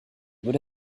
would